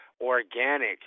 organic